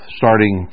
starting